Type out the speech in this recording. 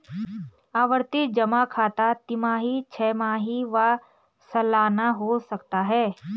आवर्ती जमा खाता तिमाही, छमाही व सलाना हो सकता है